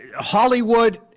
Hollywood